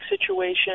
situation